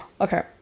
okay